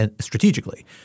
strategically